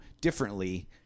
differently